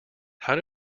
how